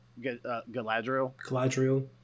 Galadriel